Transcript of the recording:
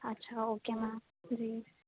اچھا okay ma'am جی